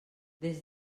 des